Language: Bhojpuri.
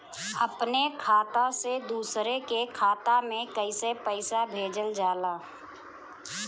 अपने खाता से दूसरे के खाता में कईसे पैसा भेजल जाला?